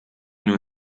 non